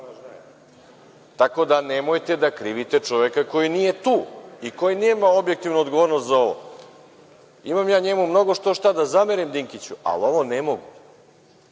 Tako da, nemojte da krivite čoveka koji nije tu i koji nema objektivnu odgovornost za ovo. Imam ja njemu mnogo što-šta da zamerim, Dinkiću, ali ovo ne mogu.